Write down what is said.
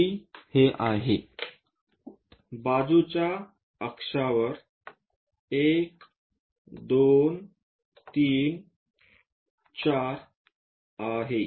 C हे आहे बाजूच्या अक्षावर 1 2 3 4 आहे